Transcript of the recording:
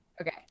Okay